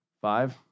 Five